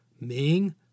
ming